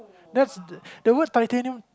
that's the words titanium